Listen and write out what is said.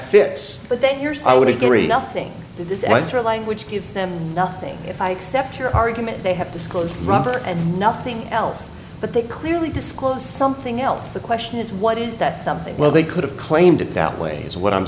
fits but that yours i would agree nothing in this entry language gives them nothing if i accept your argument they have to close rubber and nothing else but they clearly disclose something else the question is what is that something well they could have claimed it that way is what i'm